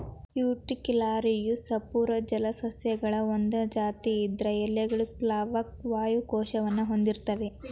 ಉಟ್ರಿಕ್ಯುಲಾರಿಯವು ಸಪೂರ ಜಲಸಸ್ಯಗಳ ಒಂದ್ ಜಾತಿ ಇದ್ರ ಎಲೆಗಳು ಪ್ಲಾವಕ ವಾಯು ಕೋಶವನ್ನು ಹೊಂದಿರ್ತ್ತವೆ